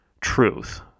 truth